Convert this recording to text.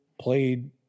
played